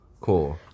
Cool